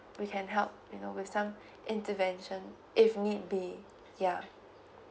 we can help you know with some intervention if need be ya